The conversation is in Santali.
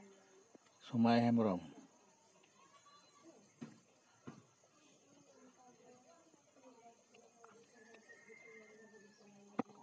ᱥᱚᱢᱟᱭ ᱦᱮᱢᱵᱨᱚᱢ